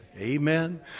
Amen